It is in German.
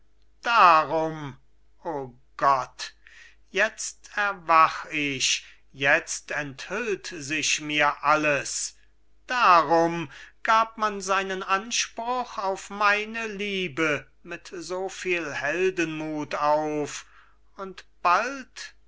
widersetzt darum o gott jetzt erwach ich jetzt enthüllt sich mir alles darum gab man seinen anspruch auf meine liebe mit so viel heldenmuth auf und bald